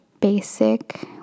basic